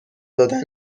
دادن